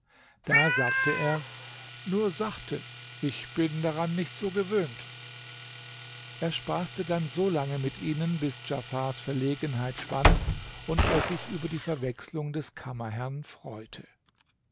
da sagte er nur sachte ich bin daran nicht so gewöhnt er spaßte dann solange mit ihnen bis djafars verlegenheit verschwand und er sich über die verwechslung des kammerherrn freute